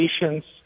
patients